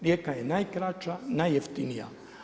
Rijeka je najkraća, najjeftinija.